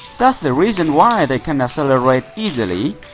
that's the reason why they can accelerate easily.